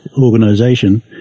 organization